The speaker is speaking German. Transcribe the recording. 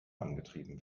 angetrieben